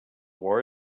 war